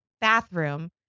bathroom